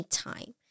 time